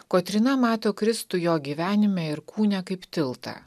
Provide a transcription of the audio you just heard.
kotryna mato kristų jo gyvenime ir kūne kaip tiltą